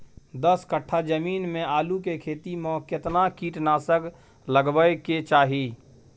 दस कट्ठा जमीन में आलू के खेती म केतना कीट नासक लगबै के चाही?